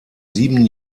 sieben